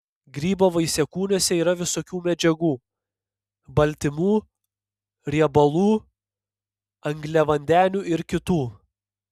grybo vaisiakūniuose yra visokių medžiagų baltymų riebalų angliavandenių ir kitų